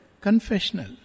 confessional